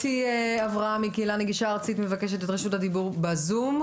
אתי אברהם מקהילה נגישה מבקשת את רשות הדיבור בזום,